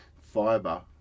fiber